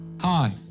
Hi